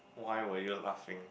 why were you laughing